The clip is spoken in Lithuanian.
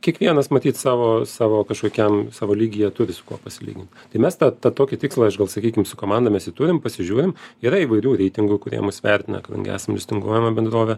kiekvienas matyt savo savo kažkokiam savo lygyje turi su kuo pasilygin tai mes tą tą tokį tikslą aš gal sakykim su komanda mes jį turim pasižiūrim yra įvairių reitingų kurie mus vertina kadangi esam justinguojama bendrovė